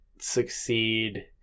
succeed